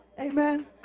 Amen